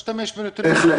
בהחלט.